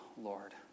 Lord